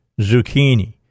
zucchini